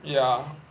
ya